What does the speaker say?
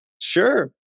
Sure